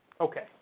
Okay